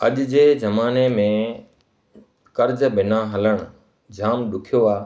अॼु जे ज़माने में कर्जु बिना हलणु जामु ॾुखियो आहे